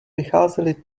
vycházeli